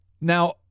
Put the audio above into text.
Now